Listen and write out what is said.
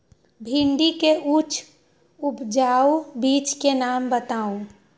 भिंडी के उच्च उपजाऊ बीज के नाम बताऊ?